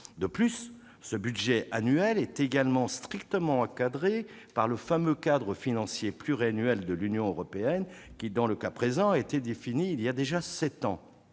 De plus, ce budget annuel est également strictement encadré par le fameux cadre financier pluriannuel de l'Union européenne, défini, dans le cas présent, il y a déjà sept ans.